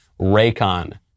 Raycon